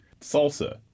Salsa